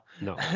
No